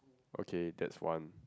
okay that's one